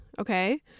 okay